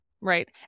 Right